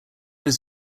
his